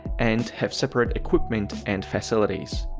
and have separate equipment and facilities.